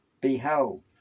Behold